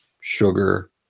sugar